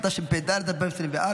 התשפ"ד 2024,